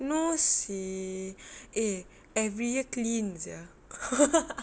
no seh eh every year clean sia